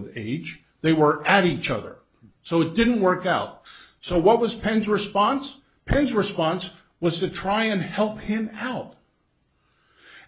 with each they were at each other so it didn't work out so what was pens response pens response was to try and help him out